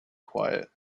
quiet